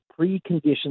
preconditions